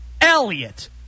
Elliot